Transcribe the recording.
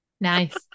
Nice